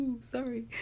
Sorry